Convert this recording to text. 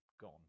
gone